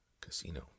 Casino